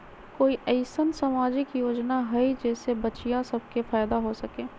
कोई अईसन सामाजिक योजना हई जे से बच्चियां सब के फायदा हो सके?